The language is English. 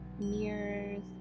mirrors